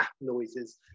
noises